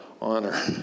honor